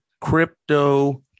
Crypto